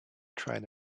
train